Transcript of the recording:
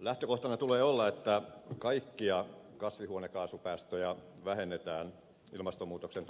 lähtökohtana tulee olla että kaikkia kasvihuonepäästöjä vähennetään ilmastonmuutoksen